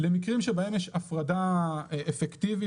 כשאנחנו מסתכלים על המפה,